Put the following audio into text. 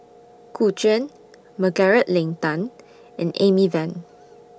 Gu Juan Margaret Leng Tan and Amy Van